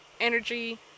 energy